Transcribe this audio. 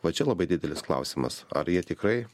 va čia labai didelis klausimas ar jie tikrai